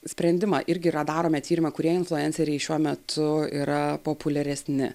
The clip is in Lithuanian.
sprendimą irgi yra darome tyrimą kurie influenceriai šiuo metu yra populiaresni